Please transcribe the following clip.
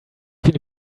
been